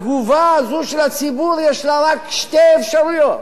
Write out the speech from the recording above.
התגובה הזו של הציבור, יש לה רק שתי אפשרויות: